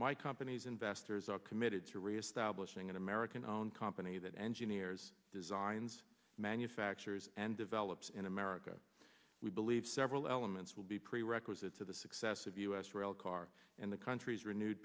my company's investors are committed to reestablish ing an american own company that engineers designs manufactures and develops in america we believe several elements will be prerequisites to the success of u s rail car and the country's renewed